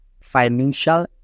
financial